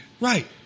right